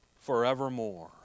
forevermore